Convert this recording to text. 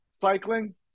cycling